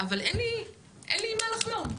אבל אין לי עם מה לחלום.